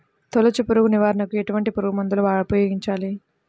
తొలుచు పురుగు నివారణకు ఎటువంటి పురుగుమందులు ఉపయోగించాలి?